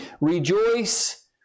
rejoice